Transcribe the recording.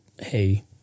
hey